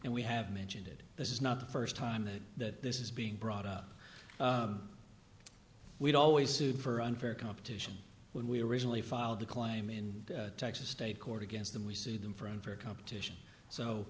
and we have mentioned it this is not the first time that that this is being brought up we always sued for unfair competition when we originally filed the claim in texas state court against them we sued them for unfair competition so